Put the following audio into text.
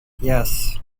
yes